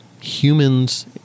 humans